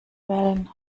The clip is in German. wellen